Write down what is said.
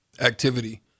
activity